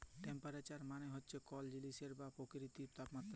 temperature মালে হছে কল জিলিসের বা পকিতির তাপমাত্রা